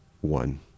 one